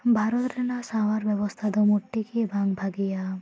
ᱵᱷᱟᱨᱚᱛ ᱨᱮᱱᱟᱜ ᱥᱟᱶᱟᱨ ᱵᱮᱵᱚᱥᱛᱟ ᱫᱚ ᱢᱚᱴᱮ ᱜᱮ ᱵᱟᱝ ᱵᱷᱟᱹᱜᱤᱭᱟ